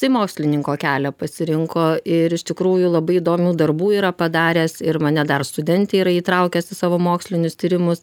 tai mokslininko kelią pasirinko ir iš tikrųjų labai įdomių darbų yra padaręs ir mane dar studentę yra įtraukęs į savo mokslinius tyrimus